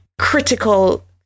critical